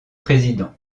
président